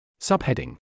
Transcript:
Subheading